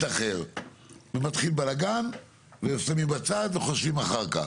אחר ומתחיל בלאגן ושמים בצד וחושבים אחר כך,